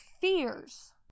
fears